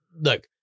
look